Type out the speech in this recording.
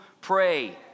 pray